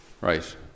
right